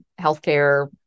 healthcare